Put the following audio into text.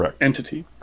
entity